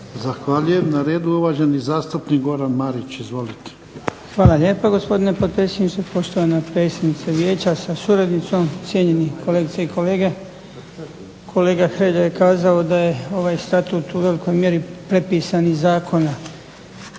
Zahvaljujem. Na redu je uvaženi zastupnik Goran Marić izvolite. **Marić, Goran (HDZ)** Hvala lijepo gospodine potpredsjedniče, poštovana predsjednice Vijeća sa suradnicom, cijenjeni kolegice i kolege. Kolega Hrelja je kazao da je ovaj Statut u velikoj mjeri prepisan iz Zakona.